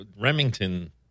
Remington